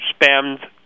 spammed